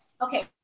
okay